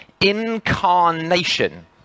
Incarnation